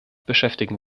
beschäftigen